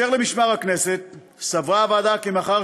לגבי משמר הכנסת סברה הוועדה כי מאחר